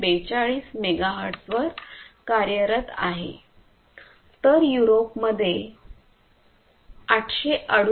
42 megahertz वर कार्यरत आहे तर युरोपमध्ये 868